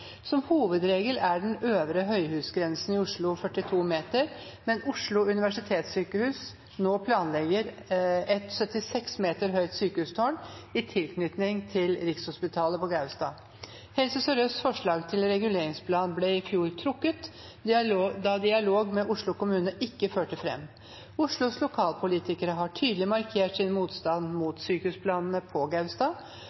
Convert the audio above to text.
Som hovedregel er den øvre høyhusgrensen i Oslo 42 meter, mens Oslo universitetssykehus nå planlegger et 76 meter høyt sykehustårn i tilknytning til Rikshospitalet på Gaustad. Helse Sør-Østs forslag til reguleringsplan ble også i fjor trukket, da dialogen med Oslo kommune ikke førte frem. Oslos lokalpolitikere har tydelig markert sin motstand